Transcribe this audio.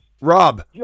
Rob